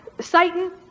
Satan